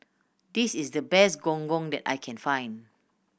this is the best Gong Gong that I can find